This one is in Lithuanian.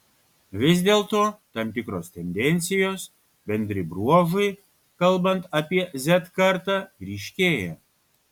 vis dėlto tam tikros tendencijos bendri bruožai kalbant apie z kartą ryškėja